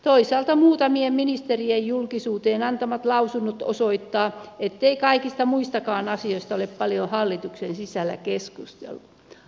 toisaalta muutamien ministerien julkisuuteen antamat lausunnot osoittavat ettei kaikista muistakaan asioista ole paljon hallituksen sisällä keskusteltu